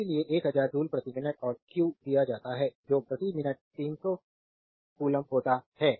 इसलिए 1000 जूल प्रति मिनट और q दिया जाता है जो प्रति मिनट 300 कपल होता है